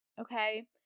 okay